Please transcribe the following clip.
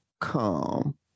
come